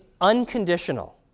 unconditional